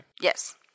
Yes